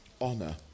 honor